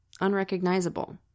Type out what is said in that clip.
unrecognizable